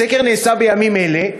הסקר נעשה בימים אלה,